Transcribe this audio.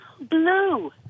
blue